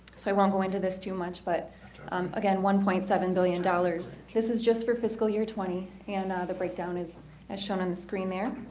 so i won't go into this too much but um again one point seven billion dollars this is just for fiscal year twenty and and the breakdown is as shown on the screen there